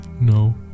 No